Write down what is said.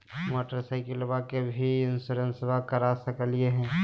मोटरसाइकिलबा के भी इंसोरेंसबा करा सकलीय है?